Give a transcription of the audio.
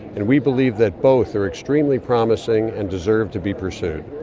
and we believe that both are extremely promising and deserve to be pursued.